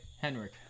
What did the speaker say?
Henrik